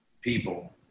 people